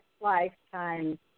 lifetime